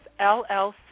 LLC